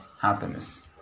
happiness